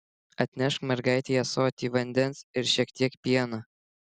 atnešk mergaitei ąsotį vandens ir šiek tiek pieno